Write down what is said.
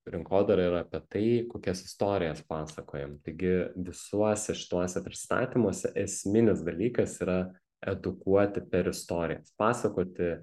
rinkodara yra apie tai kokias istorijas pasakojam taigi visuose šituose prisistatymuose esminis dalykas yra edukuoti per istoriją pasakoti